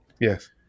Yes